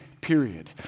period